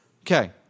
Okay